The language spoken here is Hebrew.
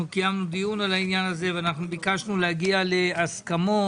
קיימנו דיון על העניין הזה וביקשנו להגיע להסכמות.